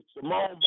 Simone